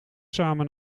samen